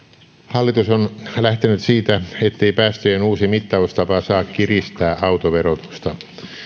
hallitus on lähtenyt siitä ettei päästöjen uusi mittaustapa saa kiristää autoverotusta